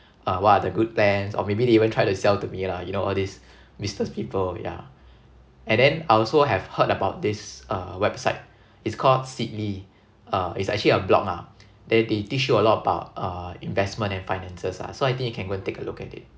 uh what are the good plans or maybe they even try to sell to me lah you know all this business people yeah and then I also have heard about this uh website it's called seedly uh it's actually a blog ah then they teach you a lot about uh investment and finances ah so I think you can go and take a look at it